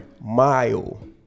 mile